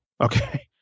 okay